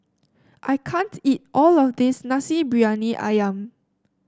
I can't eat all of this Nasi Briyani ayam